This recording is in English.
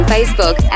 Facebook